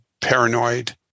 paranoid